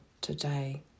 today